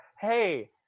hey